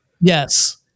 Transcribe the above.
Yes